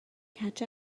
catch